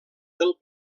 del